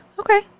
okay